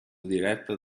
diretto